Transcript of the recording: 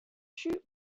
shoot